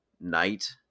night